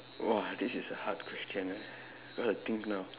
!wow! this is a hard question eh got to think now